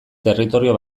territorio